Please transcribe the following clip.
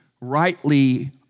rightly